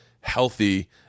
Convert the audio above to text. healthy